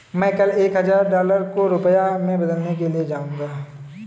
मैं कल एक हजार डॉलर को रुपया में बदलने के लिए जाऊंगा